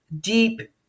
deep